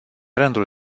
rândul